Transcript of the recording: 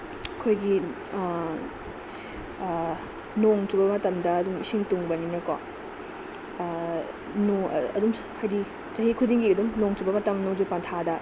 ꯑꯩꯈꯣꯏꯒꯤ ꯅꯣꯡ ꯆꯨꯕ ꯃꯇꯝꯗ ꯑꯗꯨꯝ ꯏꯁꯤꯡ ꯇꯨꯡꯕꯅꯤꯅꯀꯣ ꯑꯗꯨꯝ ꯍꯥꯏꯗꯤ ꯆꯍꯤ ꯈꯨꯗꯤꯡꯒꯤ ꯑꯗꯨꯝ ꯅꯣꯡ ꯆꯨꯕ ꯃꯇꯝ ꯅꯣꯡꯖꯨ ꯄꯟꯊꯥꯗ